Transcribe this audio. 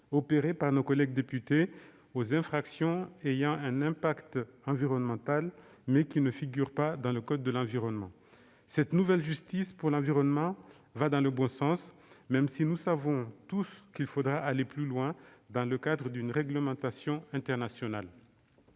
compétence des pôles spécialisés aux infractions ayant un fort impact environnemental, mais ne figurant pas dans le code de l'environnement. Cette nouvelle justice pour l'environnement va dans le bon sens, même si nous savons tous qu'il faudra aller plus loin dans le cadre d'une réglementation internationale.